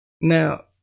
Now